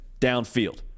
downfield